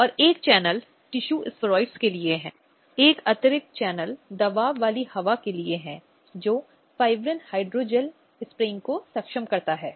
विवाह कुछ कानूनी धारणाएं और आवश्यकताएं होती हैं और केवल तब जब पक्षों में एक दूसरे से शादी की जाती है कानून की सुरक्षा का विस्तार होता है